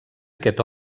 aquest